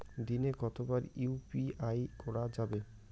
দিনে কতবার ইউ.পি.আই করা যাবে?